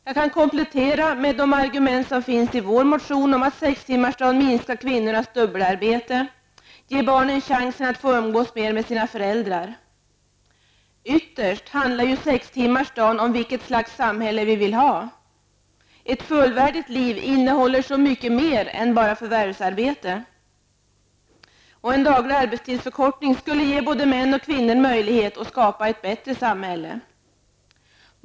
Jag kan komplettera med de argument som finns i vår motion om att sextimmarsdagen minskar kvinnornas dubbelarbete och ger barnen chans att få umgås mer med sina föräldrar. Ytterst handlar sextimmarsdagen om vilket slags samhälle vi vill ha. Ett fullvärdigt liv innehåller så mycket mer än bara förvärvsarbete. En daglig arbetstidsförkortning skulle ge både män och kvinnor möjligheter att skapa ett bättre samhälle.